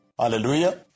Hallelujah